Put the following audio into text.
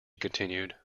continued